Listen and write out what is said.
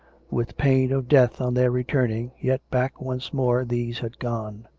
with pain of death on their returning, yet back once more these had gone.